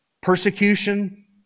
Persecution